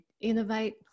innovate